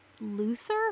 Luther